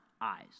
eyes